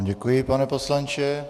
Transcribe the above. Děkuji vám, pane poslanče.